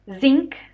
zinc